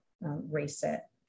reset